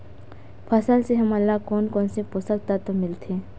फसल से हमन ला कोन कोन से पोषक तत्व मिलथे?